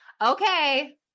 okay